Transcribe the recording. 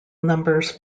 numbers